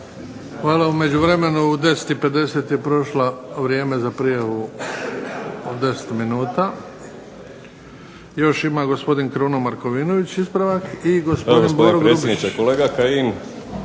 Hvala. U međuvremenu u 10,50 je prošlo vrijeme za prijavu od 10 minuta. Još ima gospodin Kruno Markovinović ispravak i gospodin Boro Grubišić.